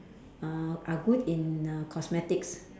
uh are good in cosmetics